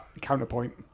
counterpoint